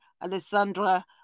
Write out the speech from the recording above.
Alessandra